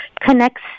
connects